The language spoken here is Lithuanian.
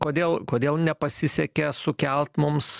kodėl kodėl nepasisekė sukelt mums